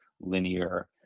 linear